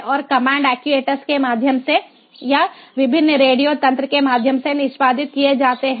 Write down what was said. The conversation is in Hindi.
और कमांड एक्ट्यूएटर्स के माध्यम से या विभिन्न रेडियो तंत्र के माध्यम से निष्पादित किए जाते हैं